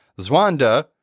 Zwanda